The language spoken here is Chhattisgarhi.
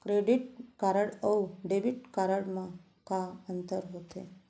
क्रेडिट कारड अऊ डेबिट कारड मा का अंतर होथे?